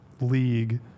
league